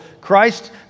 Christ